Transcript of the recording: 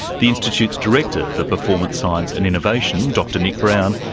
the institute's director for performance science and innovation, dr nick brown,